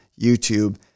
YouTube